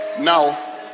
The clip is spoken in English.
now